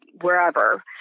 wherever